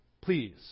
please